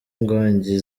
inkongi